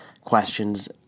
questions